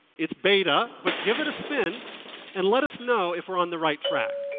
it's beta, but give it a spin and let us know if we're on the right track.